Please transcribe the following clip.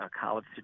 college